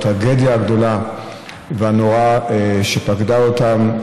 על הטרגדיה הגדולה והנוראה שפקדה אותם.